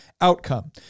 outcome